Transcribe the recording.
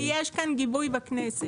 אני יודעת שיש כאן גיבוי בכנסת.